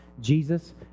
Jesus